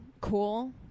cool